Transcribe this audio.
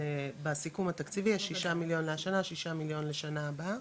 בסיכום התקציבי יש ששה מיליון לשנה וששה מיליון לשנה הבאה.